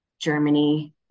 Germany